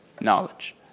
knowledge